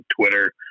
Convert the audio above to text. Twitter